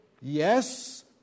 yes